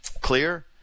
clear